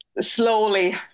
Slowly